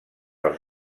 els